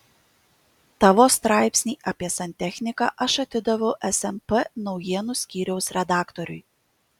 tavo straipsnį apie santechniką aš atidaviau smp naujienų skyriaus redaktoriui